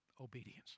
obedience